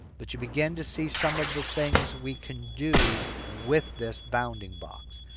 but you begin to see some of the things we can do with this bounding box.